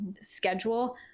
schedule